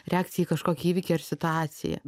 reakcija į kažkokį įvykį ar situaciją